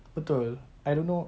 betul I don't know